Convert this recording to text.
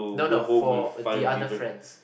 no no for the other friends